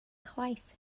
chwaith